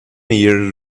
year